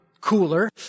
cooler